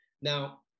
Now